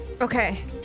Okay